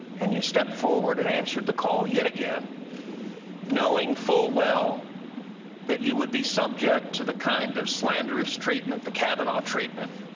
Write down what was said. and you stepped forward and answered the call yet again knowing full well that you would be subject to the kind of slanderous treatment, the kavanaugh treatment,